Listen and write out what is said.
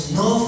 no